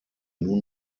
nun